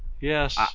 Yes